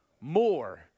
More